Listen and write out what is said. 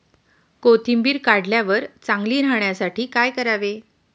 कोथिंबीर काढल्यावर चांगली राहण्यासाठी काय करावे?